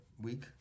week